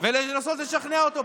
בו ולנסות לשכנע אותו.